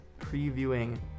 previewing